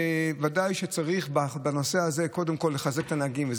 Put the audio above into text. ודאי שצריך לחזק את הנהגים בנושא הזה,